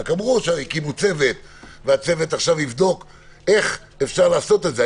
רק אמרו שהקימו צוות והצוות עכשיו יבדוק איך אפשר לעשות את זה,